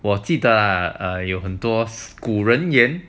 我记得有很多古人言